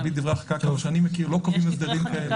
מרבית דברי החקיקה כפי שאני מכיר לא קובעים הסדרים כאלה.